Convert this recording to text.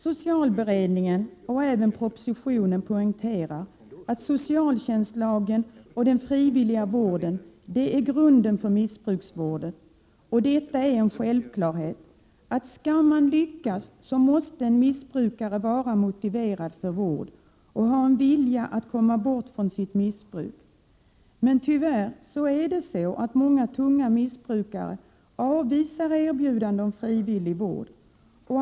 Socialberedningen och även propositionen poängterar att socialtjänstlagen och den frivilliga vården skall utgöra grunden för missbrukarvården. Om man skall lyckas i missbrukarvården är det en självklarhet att missbrukaren måste vara motiverad för vård och ha en vilja att komma bort från sitt missbruk. Tyvärr avvisar många tunga missbrukare erbjudande om frivillig vård.